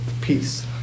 peace